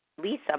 Lisa